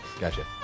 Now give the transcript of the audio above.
Gotcha